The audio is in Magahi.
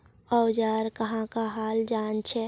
औजार कहाँ का हाल जांचें?